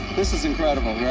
this is incredible,